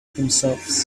themselves